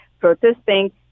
protesting